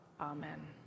Amen